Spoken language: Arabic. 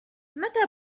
متى